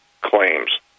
claims